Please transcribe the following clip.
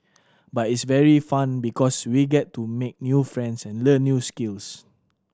but it's very fun because we get to make new friends and learn new skills